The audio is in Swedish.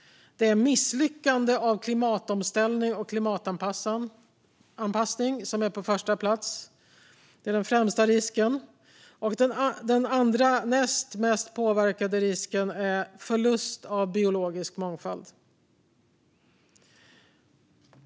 Misslyckande i klimatomställning och klimatanpassning är på första plats - den främsta risken - och den näst mest påverkande risken är förlust av biologisk mångfald.